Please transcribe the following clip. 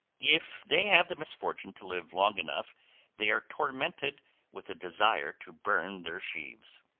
if they have the misfortune to live long enough they are tormented with a desire to burn their sheaves.